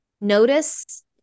notice